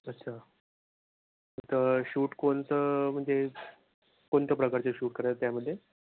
अच्छा तर शूट कोणतं म्हणजे कोणत्या प्रकारचं शूट करायचं आहे यामध्ये